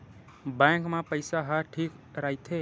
Bank मा पईसा ह ठीक राइथे?